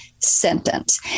Sentence